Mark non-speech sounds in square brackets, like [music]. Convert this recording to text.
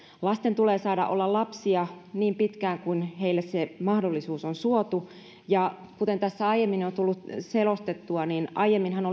lasten tulee saada olla lapsia niin pitkään kuin heille se mahdollisuus on suotu kuten tässä aiemmin on tullut selostettua niin aiemminhan [unintelligible]